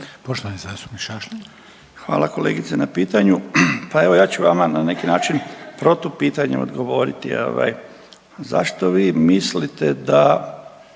Stipan (HDZ)** Hvala kolegice na pitanju, pa evo ja ću vama na neki način protupitanje odgovoriti ovaj zašto vi mislite da